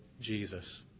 Jesus